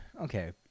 okay